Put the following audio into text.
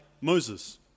Moses